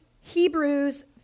Hebrews